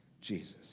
Jesus